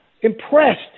impressed